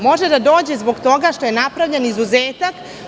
Može doći zbog toga što je napravljen izuzetak.